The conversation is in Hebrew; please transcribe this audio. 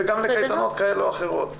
וגם לקייטנות כאלה או אחרות.